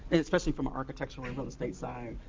and especially from an architectural and real estate side,